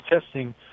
testing